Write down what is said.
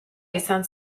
izan